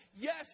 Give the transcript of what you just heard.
yes